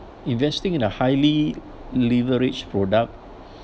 investing in a highly leveraged product